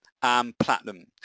platinum